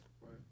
right